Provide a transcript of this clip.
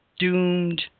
doomed